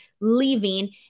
leaving